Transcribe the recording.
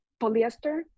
polyester